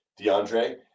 DeAndre